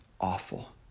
awful